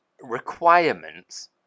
requirements